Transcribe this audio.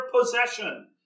possession